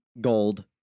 gold